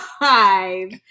five